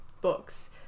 books